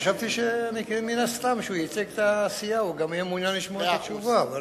חשבתי שמן הסתם אם הוא ייצג את הסיעה הוא יהיה מעוניין לשמוע את התשובה.